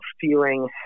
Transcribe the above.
feeling